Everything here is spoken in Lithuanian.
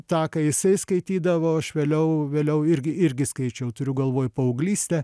tą ką jisai skaitydavo aš vėliau vėliau irgi irgi skaičiau turiu galvoj paauglystę